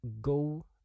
go